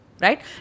right